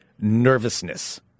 nervousness